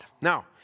Now